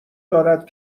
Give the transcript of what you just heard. دارد